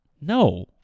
No